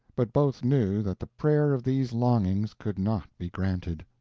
but both knew that the prayer of these longings could not be granted.